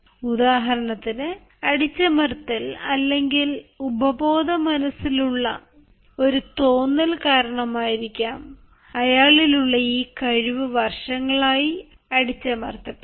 ഉദാഹരണത്തിന് അടിച്ചമർത്തൽ അല്ലെങ്കിൽ ഉപബോധമനസ്സിലുള്ള ഒരു തോന്നൽ കാരണമായിരിക്കാം അയാളിലുള്ള ഈ കഴിവ് വർഷങ്ങളായി അടിച്ചമർത്തപ്പെട്ടത്